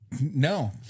No